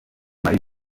marie